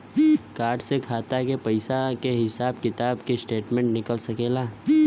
Card से खाता के पइसा के हिसाब किताब के स्टेटमेंट निकल सकेलऽ?